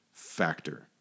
Factor